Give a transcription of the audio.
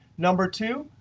number two,